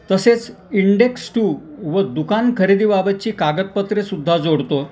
तसेच index two व दुकान खरेदीबाबतची कागदपत्रेसुद्धा जोडतो